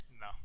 No